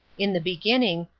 in the beginning,